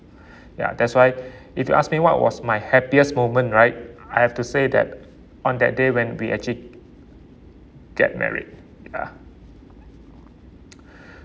ya that's why if you ask me what was my happiest moment right I have to say that on that day when we actually get married ya